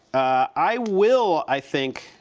i will, i think,